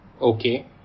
Okay